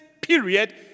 period